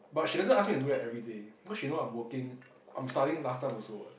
but she doesn't ask me to do that everyday because she knows I'm working I'm studying last time also what